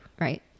right